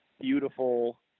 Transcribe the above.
beautiful